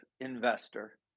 investor